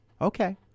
Okay